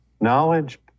knowledge